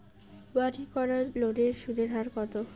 বাড়ির করার লোনের সুদের হার কত?